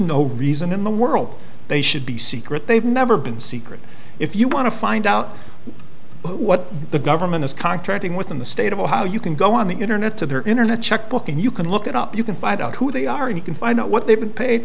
no reason in the world they should be secret they've never been secret if you want to find out what the government is contracting with in the state of ohio you can go on the internet to their internet checkbook and you can look it up you can find out who they are you can find out what they've been paid